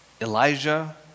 Elijah